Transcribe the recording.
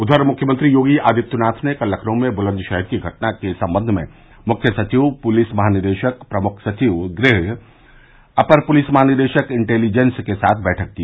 उधर मुख्यमंत्री योगी आदित्यनाथ ने कल लखनऊ में बुलंदशहर की घटना के सम्बन्ध में मुख्य सचिव पुलिस महानिदेशक प्रमुख सविव गृह अपर पुलिस महानिदेशक इंटेलिजेंस के साथ बैठक की